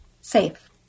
safe